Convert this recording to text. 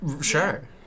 Sure